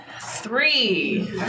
Three